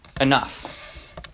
enough